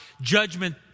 judgment